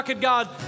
God